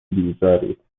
بیزارید